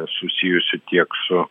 susijusių tiek su